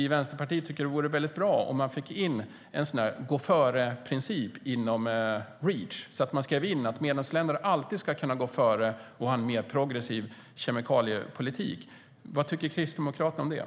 Vänsterpartiet tycker att det vore väldigt bra om man fick in en sådan här gå-före-princip inom Reach, att man skriver in att medlemsländerna alltid ska kunna gå före och ha en mer progressiv kemikaliepolitik. Vad tycker Kristdemokraterna om detta?